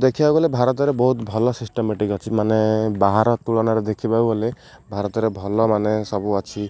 ଦେଖିବାକୁ ଗଲେ ଭାରତରେ ବହୁତ ଭଲ ସିଷ୍ଟମାଟିକ୍ ଅଛି ମାନେ ବାହାର ତୁଳନାରେ ଦେଖିବାକୁ ଗଲେ ଭାରତରେ ଭଲ ମାନେ ସବୁ ଅଛି